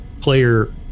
player